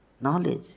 knowledge